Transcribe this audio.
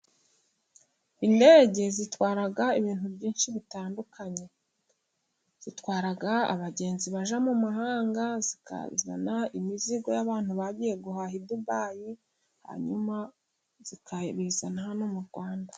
Indege zitwara ibintu byinshi bitandukanye, zitwara abagenzi bajya mu mahanga zikazana imizigo y'abantu bagiye guhaha i Dubayi, hanyuma zikabizana hano mu Rwanda.